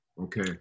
okay